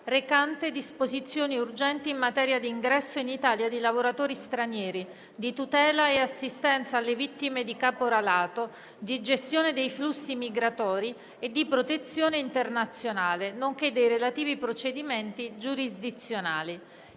recante disposizioni urgenti in materia di ingresso in Italia di lavoratori stranieri, di tutela e assistenza alle vittime di caporalato, di gestione dei flussi migratori e di protezione internazionale, nonché dei relativi procedimenti giurisdizionali***